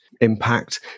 impact